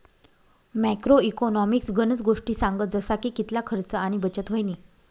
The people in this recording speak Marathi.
मॅक्रो इकॉनॉमिक्स गनज गोष्टी सांगस जसा की कितला खर्च आणि बचत व्हयनी